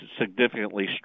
significantly